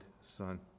Son